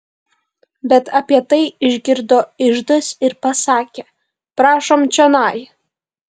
bet apie tai išgirdo iždas ir pasakė prašom čionai